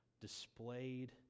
displayed